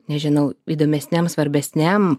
nežinau įdomesniam svarbesniam